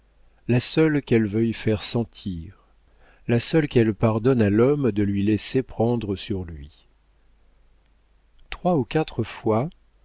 la seule qu'elle veuille faire sentir la seule qu'elle pardonne à l'homme de lui laisser prendre sur lui trois ou quatre fois